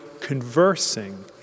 conversing